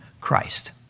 Christ